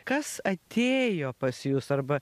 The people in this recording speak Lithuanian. kas atėjo pas jus arba